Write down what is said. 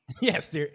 Yes